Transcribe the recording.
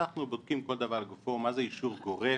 אנחנו בודקים כל דבר לגופו, מה זה אישור גורף?